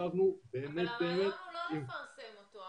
אבל הרעיון הוא לא לפרסם אותו,